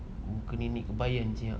muka ini bryan sia